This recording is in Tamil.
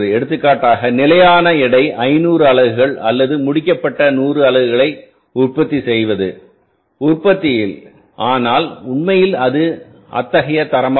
எடுத்துக்காட்டாக நிலையான எடை 500 அலகுகள் அல்லது முடிக்கப்பட்ட100 அலகுகளை உற்பத்தி செய்வது உற்பத்தியின் ஆனால் உண்மையில் அது அத்தகைய தரமாகும்